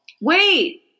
Wait